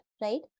right